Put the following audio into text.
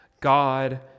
God